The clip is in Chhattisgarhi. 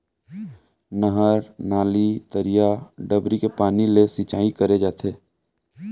नहर, नाली, तरिया, डबरी के पानी ले सिंचाई करे जाथे